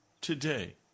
today